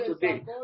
today